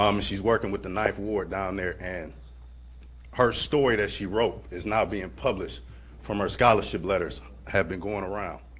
um she's working with the ninth ward down there, and her story that she wrote is now being published from her scholarship letters have been going around.